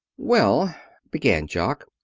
well, began jock.